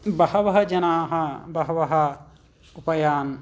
बहवः जनाः बहवः उपायान्